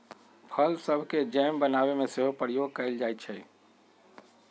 फल सभके जैम बनाबे में सेहो प्रयोग कएल जाइ छइ